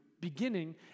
beginning